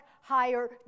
higher